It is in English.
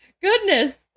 Goodness